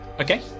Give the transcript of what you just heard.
Okay